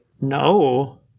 No